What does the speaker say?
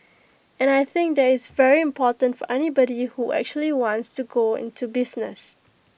and I think that is very important for anybody who actually wants to go into business